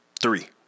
three